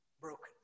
broken